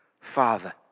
Father